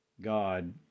God